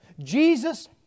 Jesus